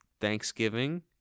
Thanksgiving